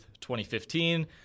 2015